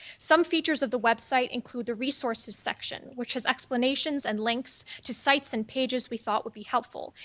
some features of the website include the resources section, which has explanations and links to sites and pages we thought would be helpful,